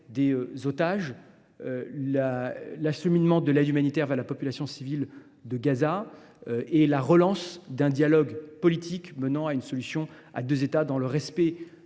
des otages, acheminement de l’aide humanitaire à la population civile de Gaza et relance d’un dialogue politique menant à une solution à deux États dans le respect